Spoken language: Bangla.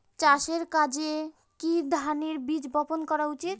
চাষের কাজে কি ধরনের বীজ বপন করা উচিৎ?